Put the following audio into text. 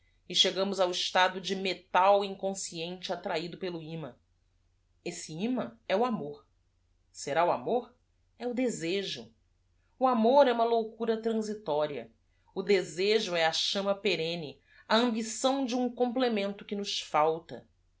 e chegamos ao estado de metal i n consciente attrahido pelo iman sse iman é o amor erá o amor o desejo amor é uma loucura transitória desejo é a chamma perenne a ambição de um complemento que nos falta